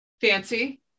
fancy